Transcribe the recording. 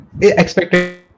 expected